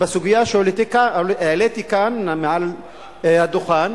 בסוגיה שהעליתי כאן, מעל הדוכן,